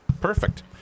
Perfect